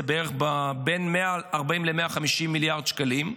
זה בערך בין 140 ל-150 מיליארד שקלים.